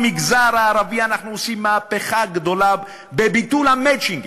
במגזר הערבי אנחנו עושים מהפכה גדולה בביטול המצ'ינגים,